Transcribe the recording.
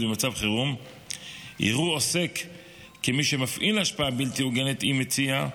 במצב חירום יראו עוסק כמי שמפעיל השפעה בלתי הוגנת אם הציע,